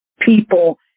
people